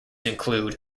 include